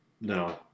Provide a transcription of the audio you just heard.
No